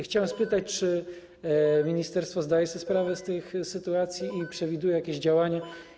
Chciałem spytać, czy ministerstwo zdaje sobie sprawę z tych sytuacji i przewiduje jakieś działania.